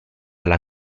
alla